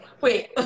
wait